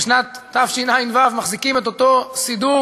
בשנת תשע"ו מחזיקים את אותו סידור